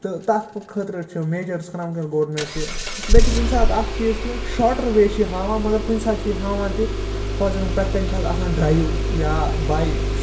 تہٕ تَتھ خٲطرٕ چھِ مٮ۪جٲرٕس کران ؤنکیٚن گورمنٛٹ تہِ بیٚیہِ چھِ کُنہِ ساتہٕ اَکھ چیٖز کہ شاٹَر وے چھِ یہِ ہاوان مگر کُنہِ ساتہٕ چھِ یہِ ہاوان تہِ فارازم پٮ۪ٹھ کَنہِ چھِ اَتھ آسان ڈرایِو یا بٕے